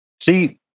See